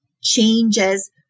changes